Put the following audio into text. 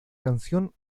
canción